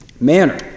manner